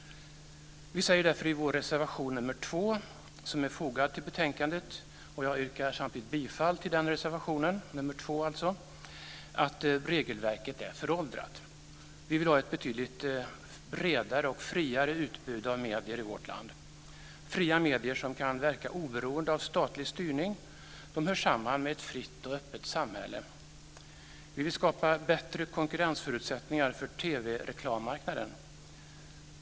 Vi säger därför i vår reservation nr 2, som är fogad till betänkandet, och jag yrkar samtidigt bifall till reservation nr 2, att regelverket är föråldrat. Vi vill ha ett betydligt bredare och friare utbud av medier i vårt land. Det ska vara fria medier som kan verka oberoende av statlig styrning och som hör samman med ett fritt och öppet samhälle. Vi vill skapa bättre konkurrensförutsättningar för TV-reklammarknaden.